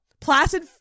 Placid